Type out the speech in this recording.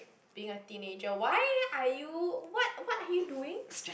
being a teenager why are you what what are you doing